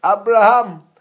Abraham